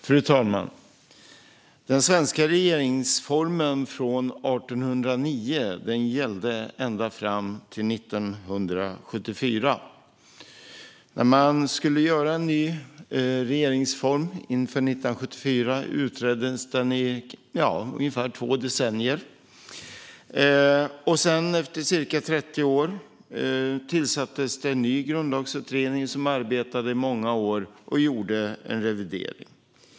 Fru talman! Den svenska regeringsformen från 1809 gällde ända fram till 1974. När man skulle göra en ny regeringsform inför 1974 utreddes den i ungefär två decennier. Sedan, efter ca 30 år, tillsattes en ny grundlagsutredning som arbetade i många år och gjorde en revidering.